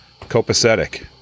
copacetic